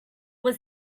was